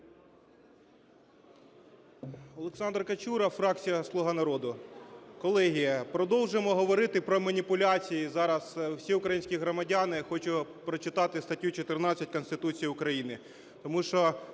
Олександр Качура, фракція "Слуга народу". Колеги, продовжимо говорити про маніпуляції. Зараз всі українські громадяни, хочу прочитати статтю 14 Конституції України,